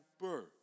birth